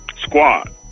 squad